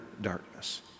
darkness